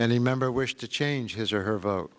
any member wish to change his or her vote